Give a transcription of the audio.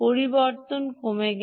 পরিবর্তন Vকমে গেলে